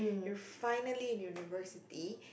you're finally in your university